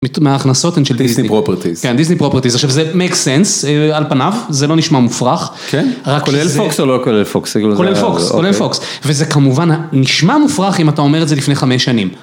מההכנסות הן של דיסני פרופרטיס, כן דיסני פרופרטיס עכשיו זה מייקס סנס על פניו זה לא נשמע מופרך, כן כולל פוקס או לא כולל פוקס? כולל פוקס וזה כמובן נשמע מופרך אם אתה אומר את זה לפני חמש שנים.